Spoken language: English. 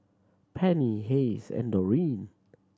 Penny Hays and Doreen